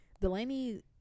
Delaney